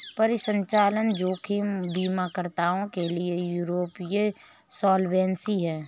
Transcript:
परिचालन जोखिम बीमाकर्ताओं के लिए यूरोपीय सॉल्वेंसी है